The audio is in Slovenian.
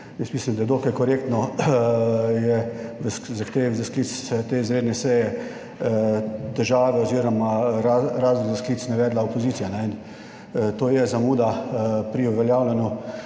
mislim, da je dokaj korektno, je v zahtevi za sklic te izredne seje države oziroma razloge za sklic navedla Opozicija, in to je zamuda. Pri uveljavljanju